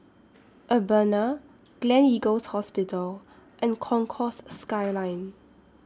Urbana Gleneagles Hospital and Concourse Skyline